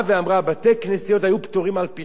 בתי-כנסיות היו פטורים על-פי חוק.